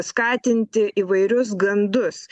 skatinti įvairius gandus